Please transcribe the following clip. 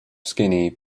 skinny